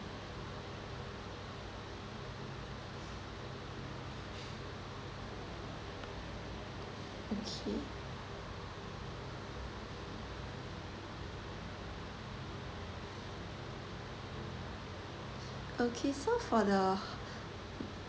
okay okay so for the